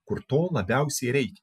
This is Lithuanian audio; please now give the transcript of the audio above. kur to labiausiai reikia